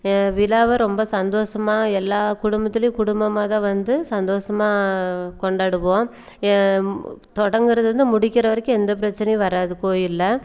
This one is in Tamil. விழாவ ரொம்ப சந்தோஷமா எல்லா குடும்பத்துலேயும் குடும்பமாக தான் வந்து சந்தோஷமா கொண்டாடுவோம் எ தொடங்கிறதிலிருந்து முடிக்கிற வரைக்கும் எந்த பிரச்சினையும் வராது கோயிலில்